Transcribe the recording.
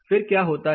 फिर क्या होता है